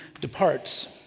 departs